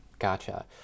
Gotcha